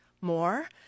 more